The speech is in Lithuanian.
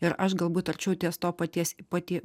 ir aš galbūt arčiau ties to paties pati